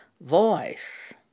voice